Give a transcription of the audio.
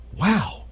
Wow